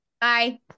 Bye